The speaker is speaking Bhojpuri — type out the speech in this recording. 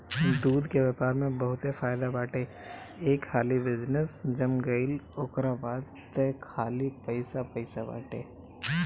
दूध के व्यापार में बहुते फायदा बाटे एक हाली बिजनेस जम गईल ओकरा बाद तअ खाली पइसे पइसे बाटे